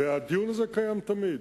והדיון הזה קיים תמיד.